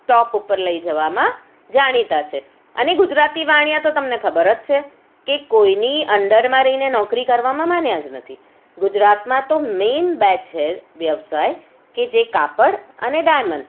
ટોપ ઉપર લઈ જવામાં જાણીતા છે અને ગુજરાતી વાણિયા તો તમને ખબર છે કે કોઈની અન્ડરમાં રહીને નોકરી કરવામાં માન્યા જ નથી ગુજરાતમાં તો મેઇન બે છે વ્યવસાય કે જે કાપડ અને ડાયમંડ